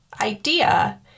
idea